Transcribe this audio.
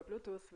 ב-Bluetooth,